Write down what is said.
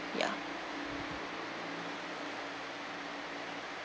ya